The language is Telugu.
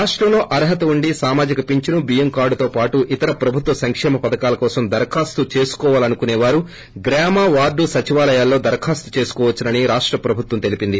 రాష్టంలో అర్హత ఉండి సామాజిక ఫించను బియ్యం కార్డు తో పాటు ఇతర ప్రభుత్వ సంకేమ పద్ధకాల కోసం దరఖాస్తు చేసుకోవాలనుకుసేవారు గ్రామ వార్లు సచివాలయాల్లో దరఖాస్తు చేసుకోవచ్చని రాష్ట ప్రభుత్వం తెలిపింది